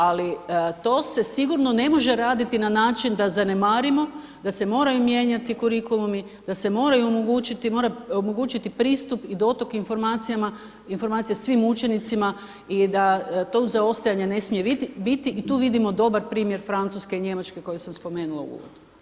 Ali to se sigurno ne može raditi na način da zanemarimo, da se moraju mijenjati kurikulumi, da se moraju omogućiti, mora omogućiti pristup i dotok informacijama, informacija svim učenicima i da tog zaostajanja ne smije biti i tu vidimo dobar primjer Francuske, Njemačke koju sam spomenula u uvodu.